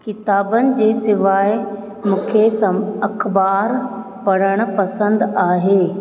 किताबनि जे सवाइ मूंखे सभु अख़बार पढ़णु पसंदि आहे